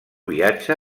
viatge